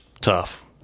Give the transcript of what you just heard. tough